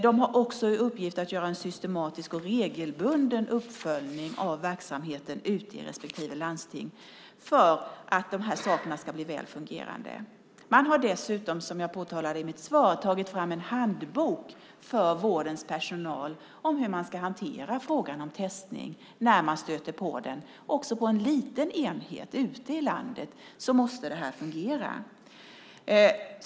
De har också i uppgift att göra en systematisk och regelbunden uppföljning av verksamheten ute i respektive landsting för att de här sakerna ska bli väl fungerande. Man har dessutom, som jag påpekade i mitt svar, tagit fram en handbok för vårdens personal om hur man ska hantera frågan om testning när man stöter på den. Också på en liten enhet ute i landet måste det här fungera.